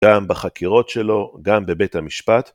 גם בחקירות שלו, גם בבית המשפט.